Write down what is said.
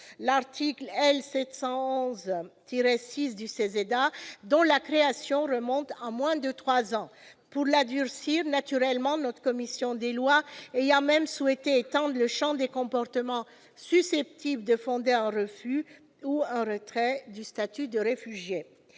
l'article L. 711-6 du CESEDA, dont la création remonte à moins de trois ans, et ce naturellement pour les durcir, notre commission des lois ayant même souhaité étendre le champ des comportements susceptibles de fonder un refus ou un retrait du statut de réfugié.